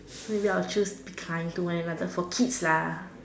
ya I would choose to be kind to one another for kids lah